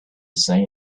say